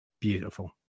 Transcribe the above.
beautiful